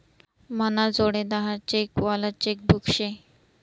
मनाजोडे दहा चेक वालं चेकबुक शे